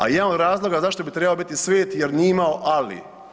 A jedan od razloga zašto bi trebao biti svet, jer nije imalo „ali“